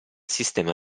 sistema